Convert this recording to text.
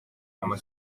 ama